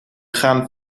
gaan